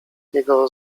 jego